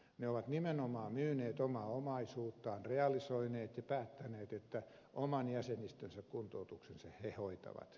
ne ovat nimenomaan myyneet omaa omaisuuttaan realisoineet ja päättäneet että oman jäsenistönsä kuntoutuksen he hoitavat